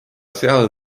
seal